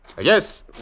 Yes